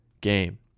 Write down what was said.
game